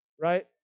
Right